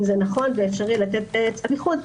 אם זה נכון ואפשרי לתת צו איחוד,